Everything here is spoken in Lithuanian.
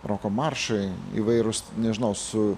roko maršai įvairūs nežinau su